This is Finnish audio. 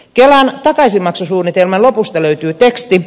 kelan takaisinmaksusuunnitelman lopusta löytyy teksti